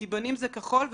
כי בנים זה כחול,